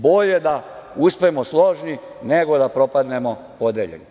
Bolje da uspemo složni, nego da propadnemo podeljeni.